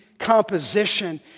Composition